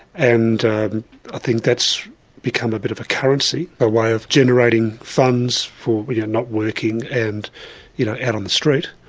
and i think that's become a bit of a currency, a way of generating funds for when you're not working and you know out on the street.